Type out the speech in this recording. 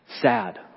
sad